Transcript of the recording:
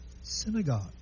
synagogue